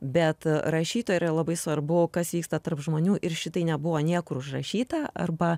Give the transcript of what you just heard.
bet rašytojui yra labai svarbu kas vyksta tarp žmonių ir šitai nebuvo niekur užrašyta arba